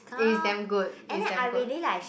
is damn good is damn good